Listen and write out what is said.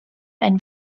and